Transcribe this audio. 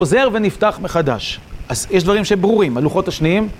עוזר ונפתח מחדש, אז יש דברים שברורים, הלוחות השניים.